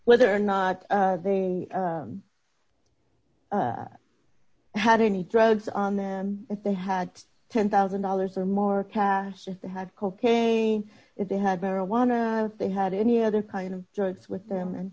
whether or not they had any drugs on them if they had ten thousand dollars or more cash if they had cocaine if they had marijuana they had any other kind of drugs with them and